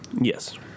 Yes